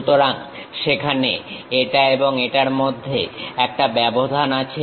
সুতরাং সেখানে এটা এবং এটার মধ্যে একটা ব্যবধান আছে